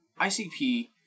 ICP